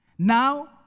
Now